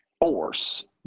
force